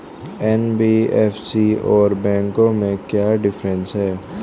NBFC और बैंकों में क्या डिफरेंस है?